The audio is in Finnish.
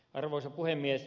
arvoisa puhemies